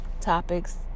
topics